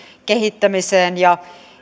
kehittämiseksi ja